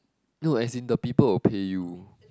no as in the people will pay you